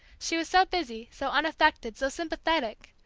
she was so busy, so unaffected, so sympathetic,